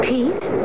Pete